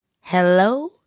hello